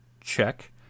Check